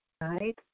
right